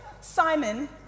Simon